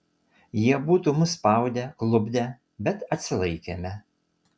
jie būtų mus spaudę klupdę bet atsilaikėme